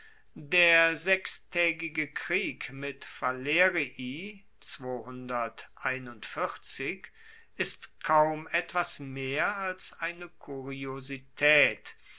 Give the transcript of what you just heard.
der sechstaegige krieg mit falerii ist kaum etwas mehr als eine kuriositaet